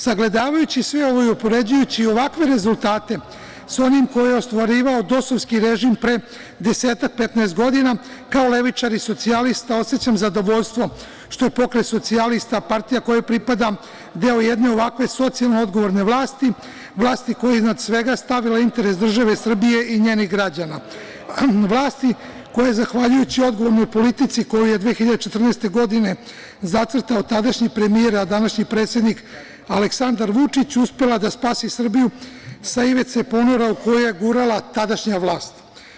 Sagledavajući sve ovo i upoređujući ovakve rezultate sa onim koje je ostvarivao dosovski režim pre desetak, petnaest godina kao levičar i socijalista osećam zadovoljstvo što je Pokret socijalista, partija koju pripadam, deo jedne ovakve socijalno odgovorne vlasti, vlasti koje iznad svega stavila interes države Srbije i njenih građana, vlasti koja zahvaljujući odgovornoj politici koju je 2014. godine, zacrtao tadašnji premijer, a današnji predsednik Aleksandar Vučić, uspela da spasi Srbiju sa ivice ponora koju je gurala tadašnja vlast.